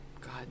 God